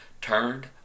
turned